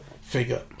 figure